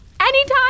Anytime